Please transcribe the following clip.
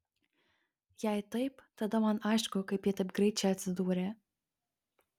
jei taip tada man aišku kaip ji taip greit čia atsidūrė